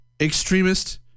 extremist